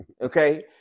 Okay